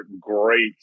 great